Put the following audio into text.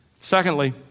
Secondly